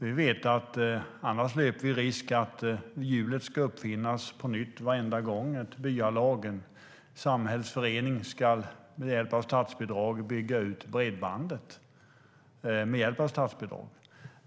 Vi vet att vi annars löper risk att hjulet ska uppfinnas på nytt varenda gång ett byalag eller en samhällsförening ska bygga ut bredband med hjälp av statsbidrag.